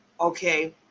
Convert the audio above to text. okay